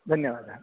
धन्यवादः